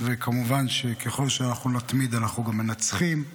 וכמובן שככל שאנחנו נתמיד אנחנו גם מנצחים,